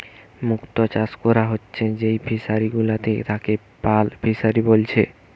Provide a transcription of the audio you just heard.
মুক্ত চাষ কোরা হচ্ছে যেই ফিশারি গুলাতে তাকে পার্ল ফিসারী বলছে